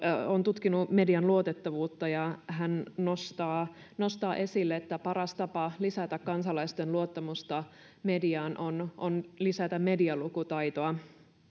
on tutkinut median luotettavuutta ja hän nostaa nostaa esille että paras tapa lisätä kansalaisten luottamusta mediaan on on lisätä medialukutaitoa